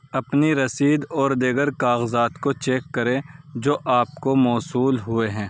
اپنی رسید اور دیگر کاغذات کو چیک کریں جو آپ کو موصول ہوئے ہیں